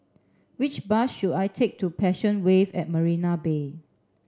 which bus should I take to Passion Wave at Marina Bay